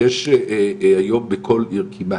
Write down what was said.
יש היום בכל עיר כמעט,